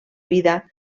vida